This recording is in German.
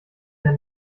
der